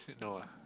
no ah